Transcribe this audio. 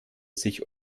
sich